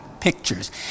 pictures